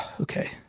okay